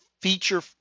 feature